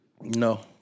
No